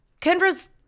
Kendra's